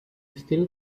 still